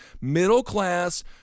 middle-class